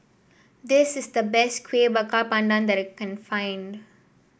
this is the best Kueh Bakar Pandan that can find